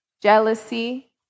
jealousy